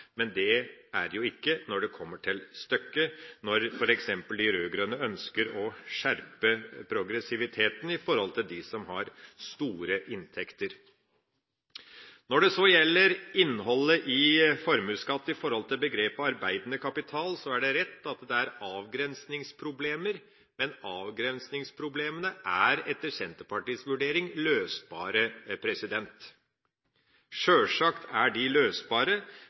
Men det er de jo ikke når det kommer til stykket, når f.eks. de rød-grønne ønsker å skjerpe progressiviteten når det gjelder dem som har store inntekter. Når det gjelder innholdet i formuesskatten knyttet til begrepet «arbeidende kapital», er det rett at det er avgrensningsproblemer. Men avgrensningsproblemene er, etter Senterpartiets vurdering, løsbare. Sjølsagt er de løsbare,